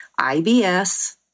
IBS